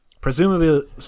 presumably